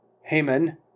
Haman